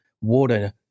water